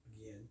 Again